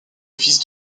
fils